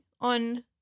on